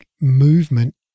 movement